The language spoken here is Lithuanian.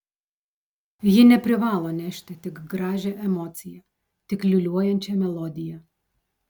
ji neprivalo nešti tik gražią emociją tik liūliuojančią melodiją